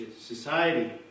society